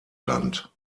land